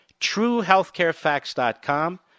TrueHealthCareFacts.com